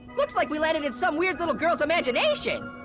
looks like we landed in some weird little girl's imagination.